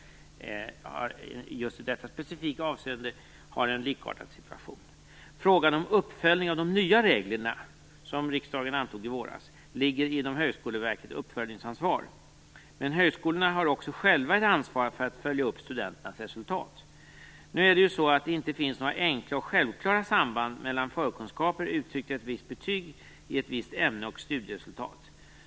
Just i detta specifika avseende är situationen därmed likartad. Frågan om uppföljning av de nya reglerna, som riksdagen antog i våras, ligger inom Högskoleverkets uppföljningsansvar. Men högskolorna har också själva ett ansvar för att följa upp studenternas resultat. Nu är det så att det inte finns några enkla och självklara samband mellan förkunskaper uttryckta i ett visst betyg i ett visst ämne och studieresultat.